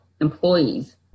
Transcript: employees